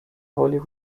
holy